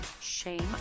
shame